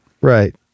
Right